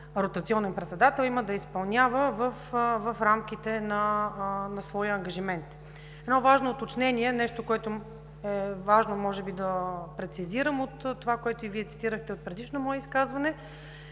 ротационен председател има да изпълнява в рамките на своя ангажимент. Едно важно уточнение. Важно е да прецизирам това, което Вие цитирахте от предишно мое изказване,